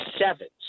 sevens